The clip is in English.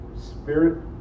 spirit